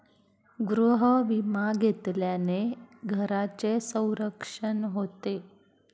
गृहविमा घेतल्याने घराचे संरक्षण होते